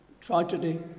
tragedy